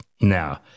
Now